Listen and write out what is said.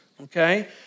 okay